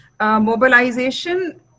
mobilization